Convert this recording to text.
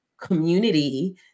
community